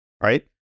right